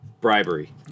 bribery